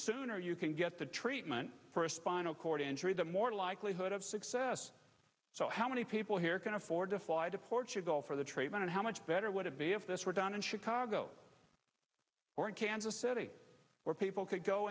sooner you can get the treatment for a spinal cord injury the more likelihood of success so how many people here can afford to fly to portugal for the treatment and how much better would have a if this were done in chicago or in kansas city where people could go